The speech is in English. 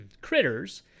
critters